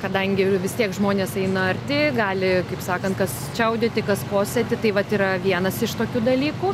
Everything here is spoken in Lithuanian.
kadangi vis tiek žmonės eina arti gali kaip sakant kas čiaudėti kas kosėti tai vat yra vienas iš tokių dalykų